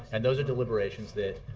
and those are deliberations that